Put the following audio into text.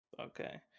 okay